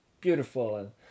beautiful